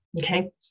okay